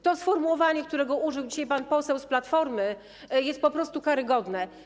To sformułowanie, którego użył dzisiaj pan poseł z Platformy, jest po prostu karygodne.